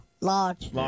Large